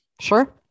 Sure